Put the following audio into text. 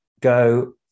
go